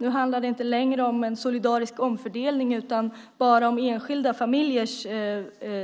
Nu handlar det inte längre om en solidarisk omfördelning utan bara om enskilda familjers